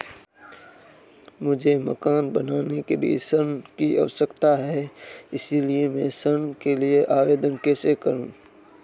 मुझे मकान बनाने के लिए ऋण की आवश्यकता है इसलिए मैं ऋण के लिए आवेदन कैसे करूं?